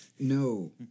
No